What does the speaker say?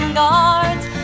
guards